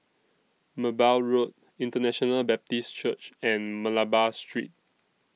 Merbau Road International Baptist Church and Malabar Street